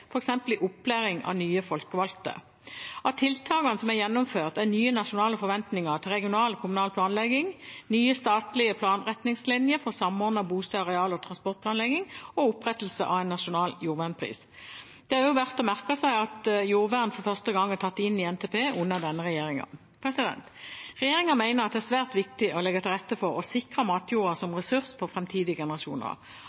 kontinuerlig, f.eks. opplæring av nye folkevalgte. Av tiltakene som er gjennomført, er nye nasjonale forventninger til regional og kommunal planlegging, nye statlige planretningslinjer for samordnet bosteds-, areal- og transportplanlegging og opprettelse av en nasjonal jordvernpris. Det er også verdt å merke seg at jordvern for første gang er tatt inn i NTP under denne regjeringen. Regjeringen mener at det er svært viktig å legge til rette for å sikre matjorda som ressurs for framtidige generasjoner. Arbeidet som er